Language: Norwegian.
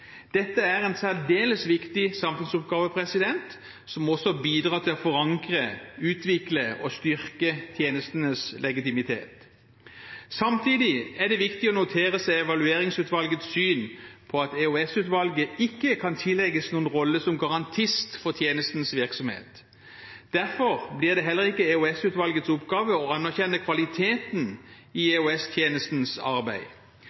Dette er en særdeles viktig samfunnsoppgave, som også bidrar til å forankre, utvikle og styrke tjenestenes legitimitet. Samtidig er det viktig å notere seg Evalueringsutvalgets syn på at EOS-utvalget ikke kan tillegges noen rolle som garantist for tjenestenes virksomhet. Derfor blir det heller ikke EOS-utvalgets oppgave å anerkjenne kvaliteten i EOS-tjenestenes arbeid.